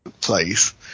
place